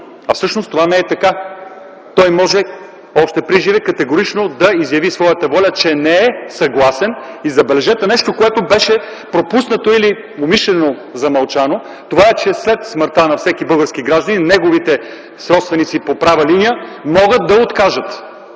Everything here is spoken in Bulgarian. а всъщност това не е така – той може още приживе категорично да заяви своята воля, че не е съгласен и, забележете, нещо, което беше пропуснато или умишлено премълчано - че след смъртта на българския гражданин неговите сродници по права линия могат да откажат.